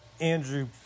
Andrew